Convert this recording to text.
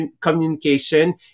communication